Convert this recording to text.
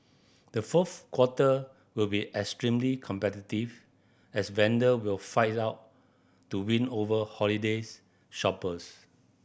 the fourth quarter will be extremely competitive as vendor will fight it out to win over holidays shoppers